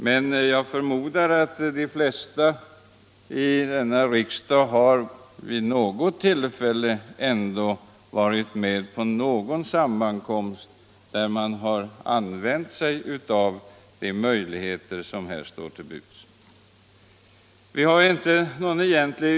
Men jag förmodar att de flesta här i riksdagen ändå vid något tillfälle varit på någon sammankomst där man har använt sig av de möjligheter som står till buds att erhålla program i föreningarna.